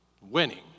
winning